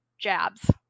jabs